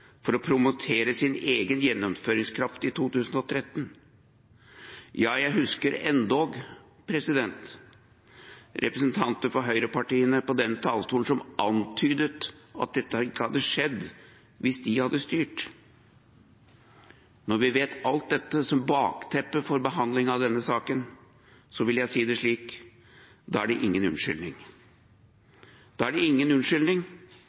til å promotere sin egen gjennomføringskraft i 2013. Jeg husker endog at representanter for høyrepartiene fra denne talerstolen antydet at dette ikke ville skjedd hvis de hadde styrt. Når vi vet alt dette og har det som et bakteppe for behandlingen av denne saken, vil jeg si det slik at da er det ingen unnskyldning for ikke å ha gjort det